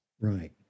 Right